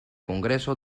congreso